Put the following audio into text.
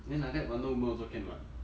then like that wonder woman also can [what]